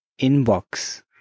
inbox